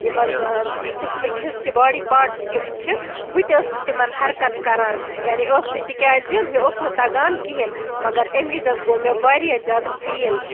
یِم حظ جِسمٕکۍ حِصہٕ چھِ بوڑی پاٹس یِم چھِ بہٕ تہِ ٲسٕس تِمن حرکَت کران یعنی ٲکھتٕے تِکیازِ مےٚ اوس نہٕ تَگان کِہینۍ نہٕ مَگر ایٚمہِ وِزِ حظ گوٚو مےٚ واریاہ زیادٕ فیٖل